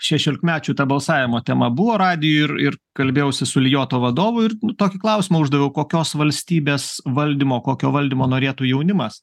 šešiolikmečių ta balsavimo tema buvo radijuj ir ir kalbėjausi su iljoto vadovu ir tokį klausimą uždaviau kokios valstybės valdymo kokio valdymo norėtų jaunimas